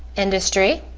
industry.